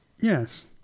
Yes